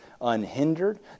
unhindered